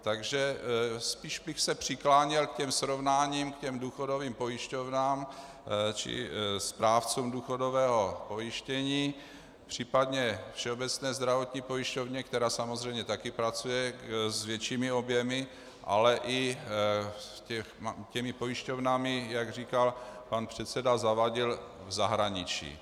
Takže spíš bych se přikláněl ke srovnání k důchodovým pojišťovnám či správcům důchodového pojištění, příp. Všeobecné zdravotní pojišťovně, která samozřejmě taky pracuje s většími objemy, ale i těmi pojišťovnami, jak říkal pan předseda Zavadil, v zahraničí.